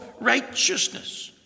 righteousness